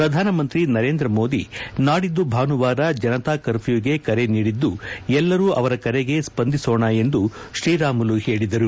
ಪ್ರಧಾನಮಂತ್ರಿ ನರೇಂದ್ರಮೋದಿ ನಾಡಿದ್ದು ಭಾನುವಾರ ಜನತಾ ಕರ್ಫ್ಯೂಗೆ ಕರೆ ನೀಡಿದ್ದು ಎಲ್ಲರೂ ಅವರ ಕರೆಗೆ ಸ್ಪಂದಿಸೋಣ ಎಂದು ಶ್ರೀರಾಮುಲು ಹೇಳಿದರು